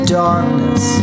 darkness